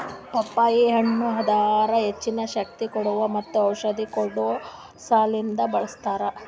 ಪಪ್ಪಾಯಿ ಹಣ್ಣ್ ಅದರ್ ಹೆಚ್ಚಿನ ಶಕ್ತಿ ಕೋಡುವಾ ಮತ್ತ ಔಷಧಿ ಕೊಡೋ ಸಲಿಂದ್ ಬಳ್ಸತಾರ್